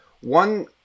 one